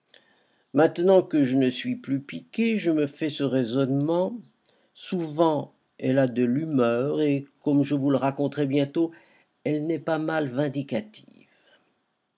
maintenant que je ne suis plus piqué je me fais ce raisonnement souvent elle a de l'humeur et comme je vous le raconterai bientôt elle n'est pas mal vindicative